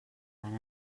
van